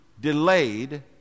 delayed